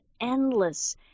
endless